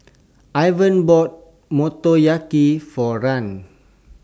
Ivan bought Motoyaki For Rahn